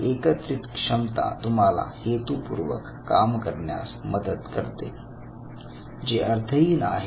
ही एकत्रित क्षमता तुम्हाला हेतुपूर्वक काम करण्यास मदत करते जे अर्थहीन आहे